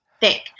thick